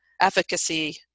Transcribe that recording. efficacy